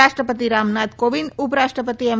રાષ્ટ્રપતિ રામનાથ કોવિંદ ઉપરાષ્ટ્રપતિ એમ